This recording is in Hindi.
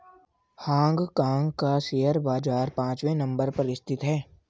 हांग कांग का शेयर बाजार पांचवे नम्बर पर स्थित है